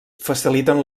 faciliten